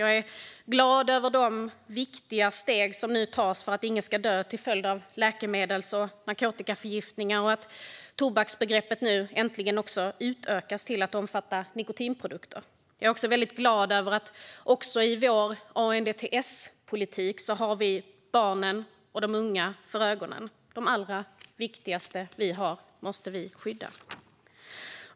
Jag är glad över de viktiga steg som nu tas för att ingen ska dö till följd av läkemedels eller narkotikaförgiftning och att tobaksbegreppet nu äntligen utökas till att omfatta också nikotinprodukter. Jag är också väldigt glad över att vi också i vår ANDTS-politik har barnen och de unga för ögonen. De allra viktigaste vi har måste vi skydda.